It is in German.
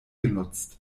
genutzt